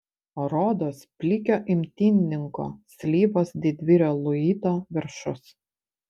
rodos plikio imtynininko slyvos didvyrio luito viršus